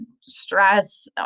stress